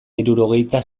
hirurogeita